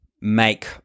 make